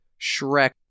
Shrek